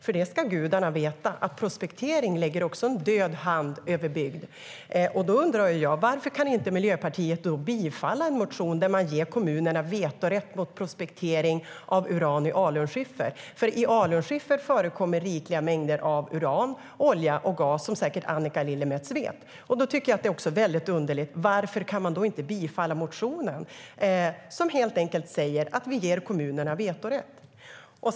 Gudarna ska veta att prospektering lägger en död hand över bygden. Då undrar jag: Varför kan inte Miljöpartiet bifalla en motion där man ger kommunerna vetorätt i fråga om prospektering av uran i alunskiffer? I alunskiffer förekommer nämligen rikliga mängder av uran, olja och gas, som säkert Annika Lillemets vet. Jag tycker att det är väldigt underligt. Varför kan man inte bifalla motionen, som helt enkelt säger att vi ger kommunerna vetorätt?